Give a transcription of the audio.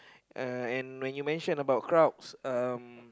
uh and when you mention about crowds uh